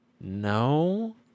no